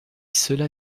cela